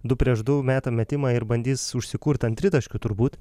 du prieš du meta metimą ir bandys užsikurt ant tritaškių turbūt